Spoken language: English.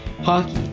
Hockey